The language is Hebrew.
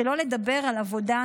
שלא לדבר על עבודה,